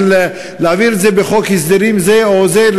של להעביר את זה בחוק הסדרים זה או זה,